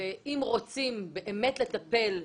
אם רוצים לטפל באמת,